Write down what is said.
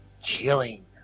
Chilling